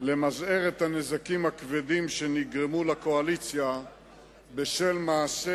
למזער את הנזקים הכבדים שנגרמו לקואליציה בשל מעשה